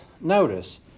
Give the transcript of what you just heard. notice